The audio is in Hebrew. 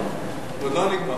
הדוכן.